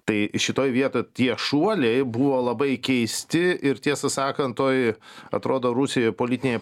tai šitoj vietoj tie šuoliai buvo labai keisti ir tiesą sakant toj atrodo rusijoj politinėj